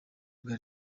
bwa